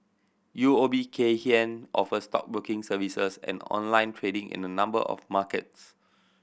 U O B Kay Hian offers stockbroking services and online trading in a number of markets